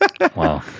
Wow